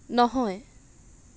নহয়